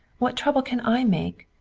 what trouble can i make?